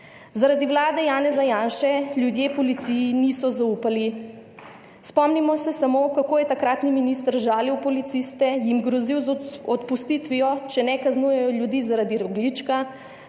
Zaradi vlade Janeza Janše ljudje policiji niso zaupali. Spomnimo se samo, kako je takratni minister žalil policiste, jim grozil z odpustitvijo, če ne kaznujejo ljudi zaradi rogljička.